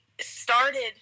started